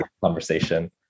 conversation